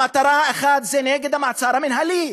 המטרה האחת היא: נגד המעצר המינהלי,